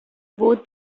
both